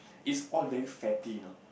is all very fatty you know